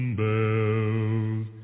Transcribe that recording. bells